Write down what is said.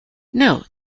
note